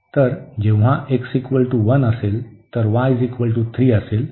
तर जेव्हा x 1 असेल तर y 3 असेल